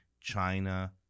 China